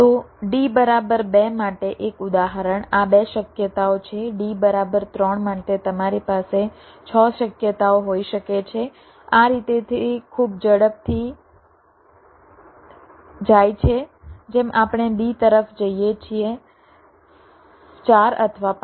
તો d બરાબર 2 માટે એક ઉદાહરણ આ 2 શક્યતાઓ છે d બરાબર 3 માટે તમારી પાસે 6 શક્યતાઓ હોઈ શકે છે આ રીતે તે ખૂબ જ ઝડપથી જાય છે જેમ આપણે d તરફ જઈએ છીએ 4 અથવા 5